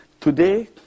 Today